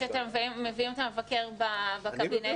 שאתם מביאים את המבקר בקבינט.